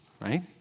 right